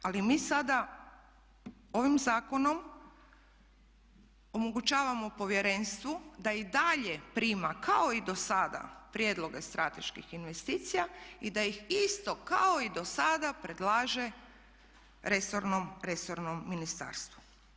Ali mi sada ovim zakonom omogućavamo povjerenstvu da i dalje prima kao i dosada prijedloge strateških investicija i da ih isto kao i dosada predlaže resornom ministarstvu.